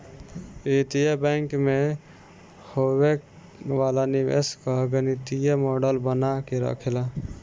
वित्तीय बैंक में होखे वाला निवेश कअ गणितीय मॉडल बना के रखेला